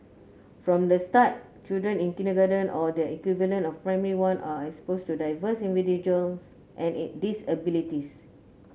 from the start children in kindergarten or their equivalent of Primary One are exposed to diverse individuals and disabilities